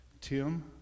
Tim